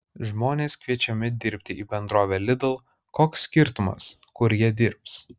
žmonės kviečiami dirbti į bendrovę lidl koks skirtumas kur jie dirbs